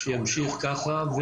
שימשיך ככה.